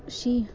she